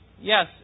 yes